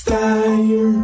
time